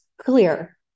clear